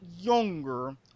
younger